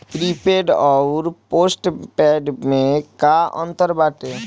Prepaid अउर postpaid में का अंतर बाटे?